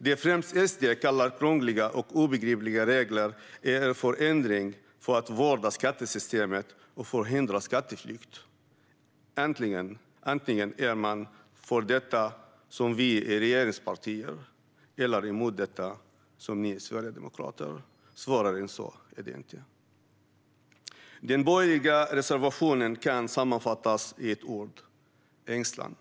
Det som främst SD kallar krångliga och obegripliga regler är en förändring för att vårda skattesystemet och förhindra skatteflykt. Antingen är man för detta, som vi regeringspartier, eller så är man emot detta, som ni sverigedemokrater. Svårare än så är det inte. Den borgerliga reservationen kan sammanfattas i ett ord: ängslan.